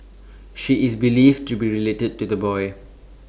she is believed to be related to the boy